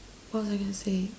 what was I going to say